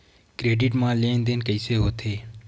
Credit मा लेन देन कइसे होथे?